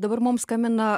dabar mum skambina